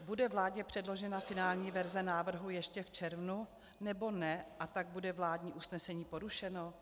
Bude vládě předložena finální verze návrhu ještě v červnu, nebo ne, a tak bude vládní usnesení porušeno?